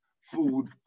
food